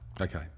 Okay